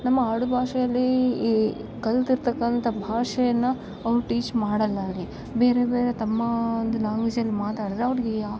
ನಮ್ಮ ಆಡು ಭಾಷೆಯಲ್ಲಿ ಈ ಕಲ್ತಿರ್ತಕ್ಕಂಥ ಭಾಷೆಯನ್ನು ಅವರು ಟೀಚ್ ಮಾಡೋಲ್ಲ ಅಲ್ಲಿ ಬೇರೆ ಬೇರೆ ತಮ್ಮ ಒಂದು ಲಾಂಗ್ವೆಜಲ್ಲಿ ಮಾತಾಡಿದ್ರೆ ಅವ್ರಿಗೆ